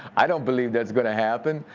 i don't believe that's gonna happen.